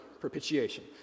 propitiation